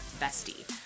Bestie